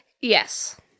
Yes